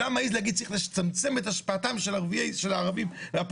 הוא לא היה מעז להגיד צריך לצמצם את השפעתם של הערבים הפוליטיים.